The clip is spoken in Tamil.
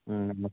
ம் ஆமாம்